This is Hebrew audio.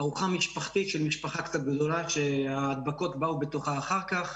ארוחה משפחתית של משפחת קצת גדולה שההדבקות באו מתוכה אחר כך.